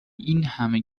اینهمه